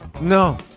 no